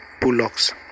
bullocks